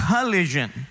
collision